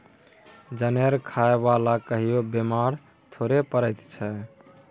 जनेर खाय बला कहियो बेमार थोड़े पड़ैत छै